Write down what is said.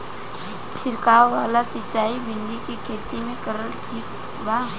छीरकाव वाला सिचाई भिंडी के खेती मे करल ठीक बा?